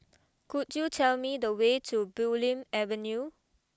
could you tell me the way to Bulim Avenue